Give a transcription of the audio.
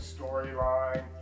storyline